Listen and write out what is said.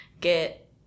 get